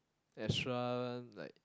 extra like